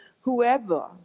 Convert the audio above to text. whoever